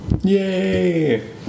Yay